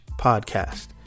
podcast